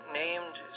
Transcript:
named